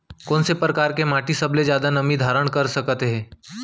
कोन से परकार के माटी सबले जादा नमी धारण कर सकत हे?